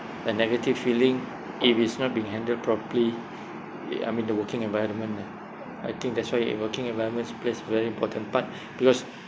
a negative feeling if it's not being handled properly I mean the working environment lah I think that's why working environments plays very important part because